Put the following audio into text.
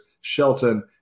Shelton